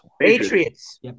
Patriots